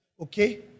Okay